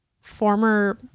Former